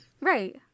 Right